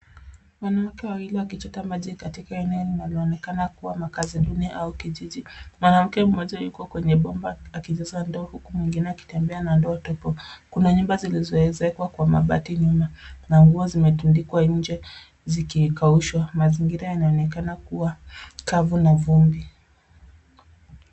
Wanawake wawili wakichota maji katika eneo linaloonekana kuwa makazi duni au kijiji. Mwanamke mmoja yuko kwenye bomba akijaza ndoo huku mwingine akitembea na ndoo tupu. Kuna nyumba zilizoezekwa kwa mabati nyuma na nguo zimetundikwa nje zikikaushwa. Mazingira yanaonekana kuwa kavu na vumbi.